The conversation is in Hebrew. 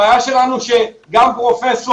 הבעיה שלנו, שגם פרופ'